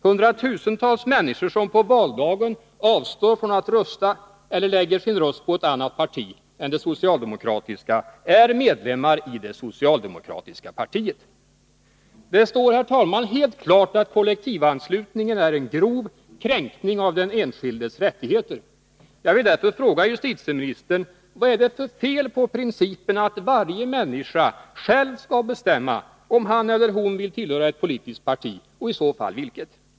Hundratusentals människor som på valdagen avstår från att rösta eller lägger sin röst på ett annat parti än det socialdemokratiska är medlemmar i det socialdemokratiska partiet. Det står, herr talman, helt klart att kollektivanslutningen är en grov kränkning av den enskildes rättigheter. Jag vill därför fråga justitieministern: Vad är det för fel på principen att varje människa själv skall bestämma om han eller hon vill tillhöra ett politiskt parti och i så fall vilket?